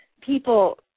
people –